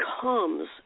comes